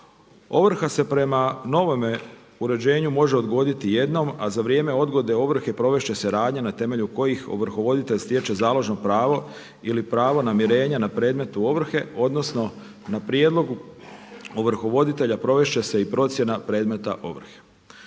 Ovrha se prema novome uređenju može odgoditi jednom a za vrijeme odgode ovrhe provesti će se radnja na temelju kojih ovrhovoditelj stječe založno pravo ili pravo namirenja na predmet ovrhe odnosno na prijedlogu ovrhovoditelja provesti će se i procjena predmeta